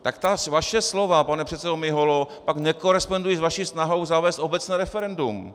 Tak ta vaše slova, pane předsedo Miholo, pak nekorespondují s vaší snahou zavést obecné referendum.